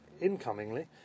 incomingly